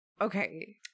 Okay